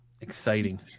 Exciting